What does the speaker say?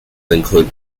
include